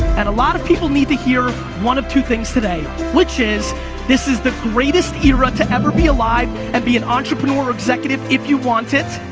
and a lot of people need to hear one of two things today which is this is the greatest era to ever be alive and be an entrepreneur or executive if you want it.